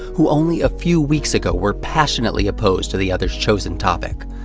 who only a few weeks ago were passionately opposed to the other's chosen topic.